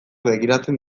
begiratzen